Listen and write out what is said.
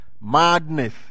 madness